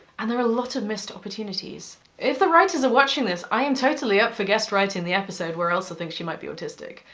and there are a lot of missed opportunities. if the writers are watching this, i am totally up for guest-writing the episode where elsa thinks she might be autistic,